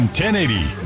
1080